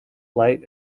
light